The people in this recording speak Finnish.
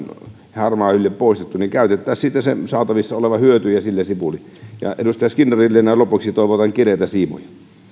se harmaahylje poistettu niin käytettäisiin siitä saatavissa oleva hyöty ja sillä sipuli ja edustaja skinnarille näin lopuksi toivotan kireitä siimoja